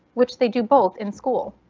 which they do both in school.